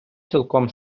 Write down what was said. цілком